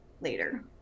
later